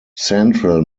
central